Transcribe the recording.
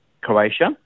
Croatia